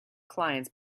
clients